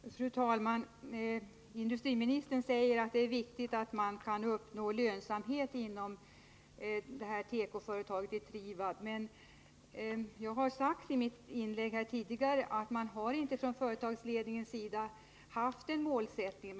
Fru talman! Industriministern säger att det är viktigt att man kan uppnå lönsamhet inom tekoföretaget Trivab. Men jag sade i mitt tidigare inlägg här att man från företagsledningens sida inte har haft den målsättningen.